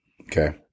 okay